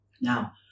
Now